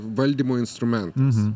valdymo instrumentas